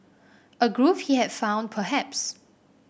a groove he had found perhaps